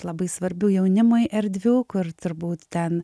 labai svarbių jaunimui erdvių kur turbūt ten